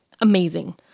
amazing